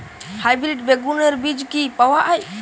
Hybrid বেগুনের বীজ কি পাওয়া য়ায়?